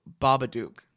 Babadook